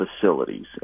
facilities